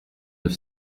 neuf